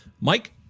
Mike